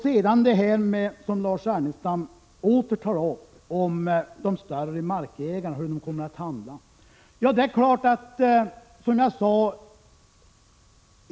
Sedan till frågan om de större markägarna och hur de kommer att handla, som Lars Ernestam åter tar upp.